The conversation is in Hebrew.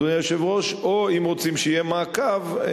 או אם רוצים שיהיה מעקב,